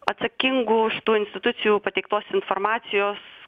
atsakingų institucijų pateiktos informacijos